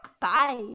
Bye